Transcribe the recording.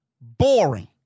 Boring